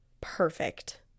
perfect